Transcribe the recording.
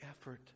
effort